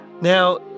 Now